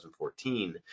2014